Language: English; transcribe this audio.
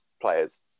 players